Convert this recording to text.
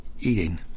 eating